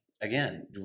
again